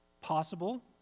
possible